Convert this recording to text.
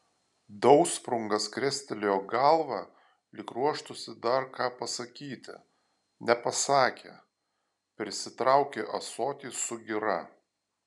dausprungas krestelėjo galvą lyg ruoštųsi dar ką pasakyti nepasakė prisitraukė ąsotį su gira